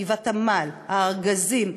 גבעת-עמל, שכונת-הארגזים.